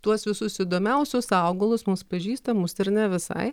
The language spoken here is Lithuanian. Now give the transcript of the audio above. tuos visus įdomiausius augalus mums pažįstamus ir ne visai